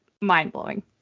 mind-blowing